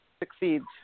succeeds